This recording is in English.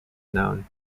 known